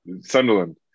Sunderland